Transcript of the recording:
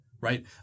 right